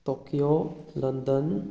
Tokyo London